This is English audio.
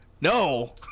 No